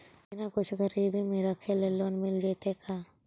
बिना कुछ गिरवी मे रखले लोन मिल जैतै का?